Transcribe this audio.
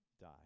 die